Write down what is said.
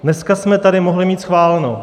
Dneska jsme tady mohli mít schváleno.